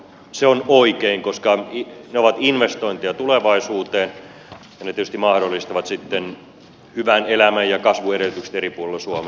se on oikein koska ne ovat investointeja tulevaisuuteen ja ne tietysti mahdollistavat sitten hyvän elämän ja kasvun edellytykset eri puolilla suomea